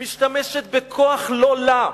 משתמשת בכוח לא לה.